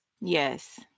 Yes